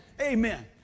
amen